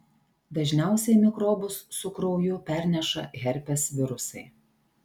dažniausiai mikrobus su krauju perneša herpes virusai